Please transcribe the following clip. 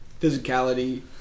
physicality